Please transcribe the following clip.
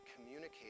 communicate